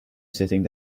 sitting